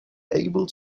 able